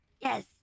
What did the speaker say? Yes